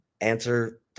answer